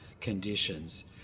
conditions